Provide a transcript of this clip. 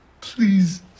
Please